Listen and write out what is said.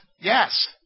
Yes